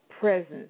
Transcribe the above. presence